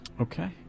Okay